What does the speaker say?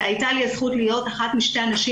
והייתה לי הזכות להיות אחת משתי הנשים